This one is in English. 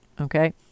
Okay